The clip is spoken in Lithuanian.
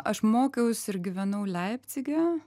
aš mokiausi ir gyvenau leipcige